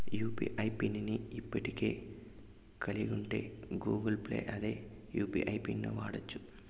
UPI pin ని ఇప్పటికే కలిగుంటే గూగుల్ పేల్ల అదే యూ.పి.ఐ పిన్ను వాడచ్చు